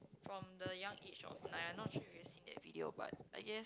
from the young age of nine I not sure if you have seen video but I guess